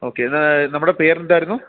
okay എന്നാ നമ്മടെ പേര് എന്തായിരുന്നു